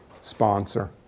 sponsor